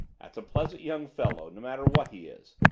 that's a pleasant young fellow no matter what he is,